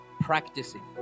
practicing